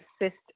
assist